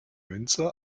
münze